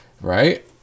right